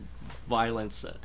violence